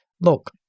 look